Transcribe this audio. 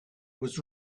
was